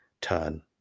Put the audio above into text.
turn